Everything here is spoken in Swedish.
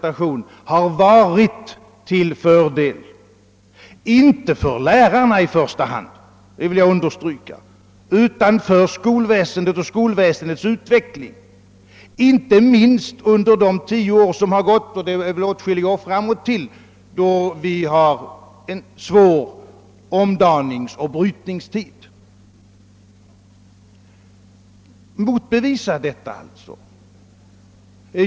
Men den har inte varit till fördel för lärarna i första hand, det vill jag understryka, utan för skolväsendet och skolväsendets utveckling, inte minst under de tio år som gått och säkerligen under ytterligare flera år framåt då vi står inför en svår omdaningsoch brytningstid. Motbevisa att så är fallet!